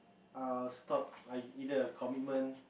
I'll stop I either a commitment